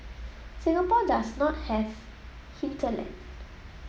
Singapore does not have hinterland